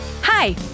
Hi